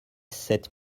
sept